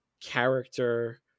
character